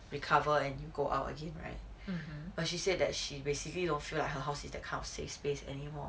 recover and you go out again right but she said that she basically don't feel that her house is that kind of safe space anymore